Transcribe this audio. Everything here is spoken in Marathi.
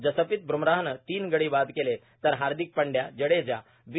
जसप्रित बुमराहनं तीन गडी बाद केले तर हार्दिक पांड्या जडेजा बी